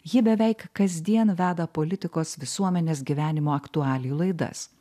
ji beveik kasdien veda politikos visuomenės gyvenimo aktualijų laidas